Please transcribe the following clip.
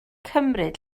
cymryd